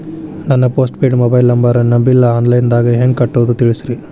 ನನ್ನ postpaid mobile ನಂಬರನ್ನು bill online ದಾಗ ಹೆಂಗ್ ಕಟ್ಟೋದು ತಿಳಿಸ್ರಿ